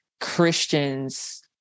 Christians